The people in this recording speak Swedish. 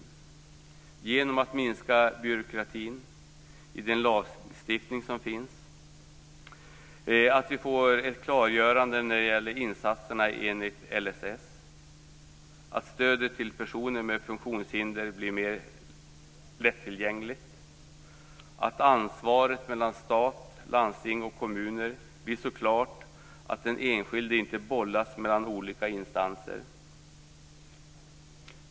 Det kan vi göra genom att minska byråkratin i den lagstiftning som finns, genom att få ett klargörande när det gäller insatserna enligt LSS, genom att stödet till personer med funktionshinder blir mer lättillgängligt och genom att ansvaret mellan stat, landsting och kommuner blir så klart att den enskilde inte bollas mellan olika instanser.